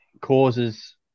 causes